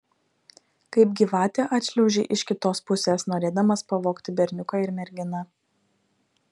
kaip gyvatė atšliaužei iš kitos pusės norėdamas pavogti berniuką ir merginą